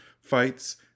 fights